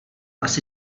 asi